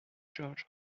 george